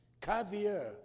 caviar